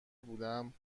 بودم